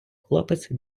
хлопець